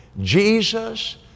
Jesus